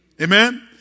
Amen